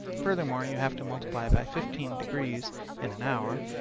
furthermore, you have to multiply by fifteen degrees in an hour,